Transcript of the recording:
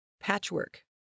Patchwork